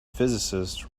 physicist